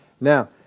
Now